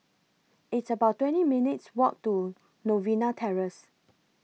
It's about twenty minutes' Walk to Novena Terrace